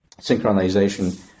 synchronization